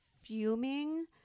fuming